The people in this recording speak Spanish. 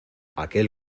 aquel